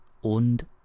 und